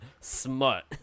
smut